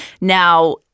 Now